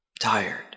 tired